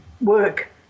work